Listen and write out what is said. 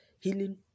healing